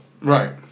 Right